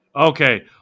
Okay